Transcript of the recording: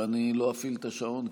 שאני לא אפעיל את השעון,